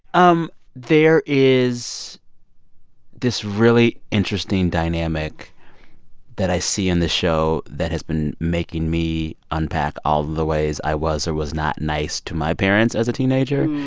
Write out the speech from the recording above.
um there is this really interesting dynamic that i see in this show that has been making me unpack all the ways i was or was not nice to my parents as a teenager.